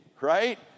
right